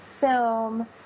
film